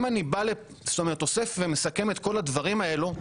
אם אני אוסף ומסכם את כל הדברים האלו,